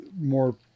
more